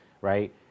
right